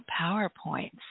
PowerPoints